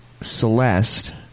Celeste